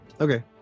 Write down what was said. okay